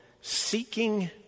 seeking